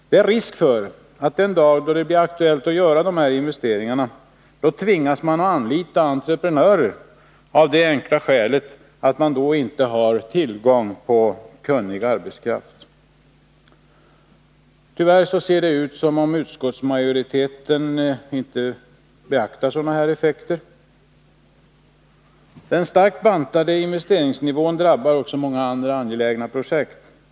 Det är risk för att man, den dag då det blir aktuellt att göra de här investeringarna, tvingas att anlita entreprenörer av det enkla skälet att man inte har tillgång till kunnig arbetskraft. Tyvärr ser det ut som om utskottsmajoriteten inte beaktar sådana effekter. Den starkt bantade investeringsnivån drabbar också många andra angelägna projekt.